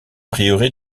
prieuré